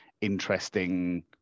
interesting